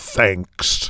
Thanks